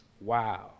wow